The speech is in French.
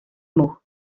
mot